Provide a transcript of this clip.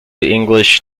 english